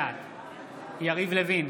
בעד יריב לוין,